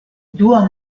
dua